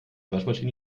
waschmaschine